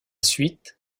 suite